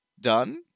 done